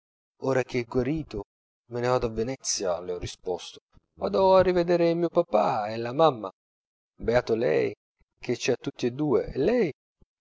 ora che è guarito me ne vado a venezia le ho risposto vado a rivedere mio papà e la mamma beato lei che ci ha tutti e due e lei